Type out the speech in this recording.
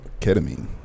Ketamine